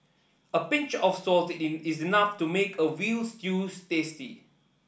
a pinch of salt in is enough to make a veal stews tasty